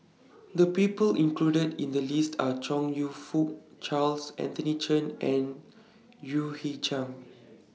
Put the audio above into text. The People included in The list Are Chong YOU Fook Charles Anthony Chen and U Hui Chang